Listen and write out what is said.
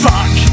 Fuck